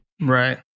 Right